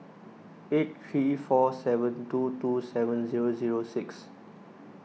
eight three four seven two two seven zero zero six